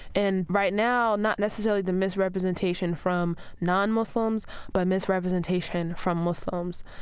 and right now not necessarily the misrepresentation from non-muslims but misrepresentation from muslims.